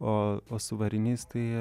o o su variniais tai